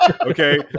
Okay